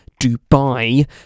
Dubai